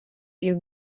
you